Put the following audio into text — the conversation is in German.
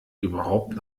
überhaupt